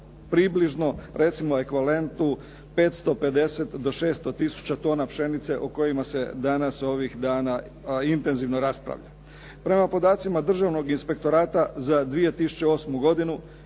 približno recimo ekvivalentu 550 do 600 tisuća tona pšenice o kojim se danas ovih dana intenzivno raspravlja. Prema podacima državnog inspektorata za 2008. godinu